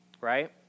right